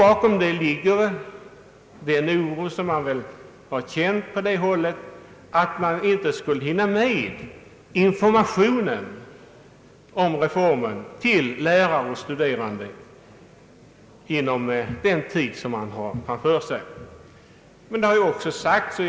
Bakom detta krav ligger väl den oro som man på det hållet har känt, att det inte är möjligt att inom den tid som man har på sig från myndigheternas sida hinna med att informera lärare och studerande om reformen.